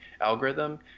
algorithm